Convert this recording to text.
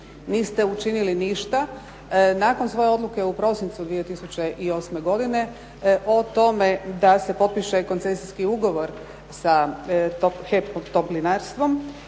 niste učinili ništa nakon svoje odluke u prosincu 2008. godine o tome da se potpiše koncesijski ugovor sa HEP Toplinarstvom.